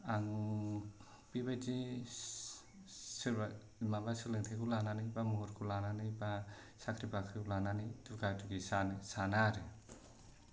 आङो बेबायदि सोरबा माबा सोलोंथाइखौ लानानै बा महरखौ लानानै बा साख्रि बाख्रिखौ लानानै दुगा दुगि जानो साना आरो